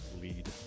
lead